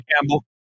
Campbell